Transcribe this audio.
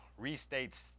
restates